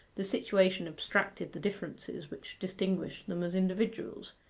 the situation abstracted the differences which distinguished them as individuals,